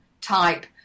type